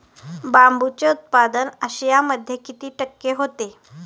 बांबूचे उत्पादन आशियामध्ये किती टक्के होते?